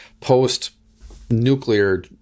post-nuclear